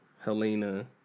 Helena